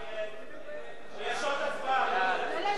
יש עוד הצבעה, לא ללכת.